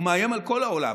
הוא מאיים על כל העולם,